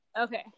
Okay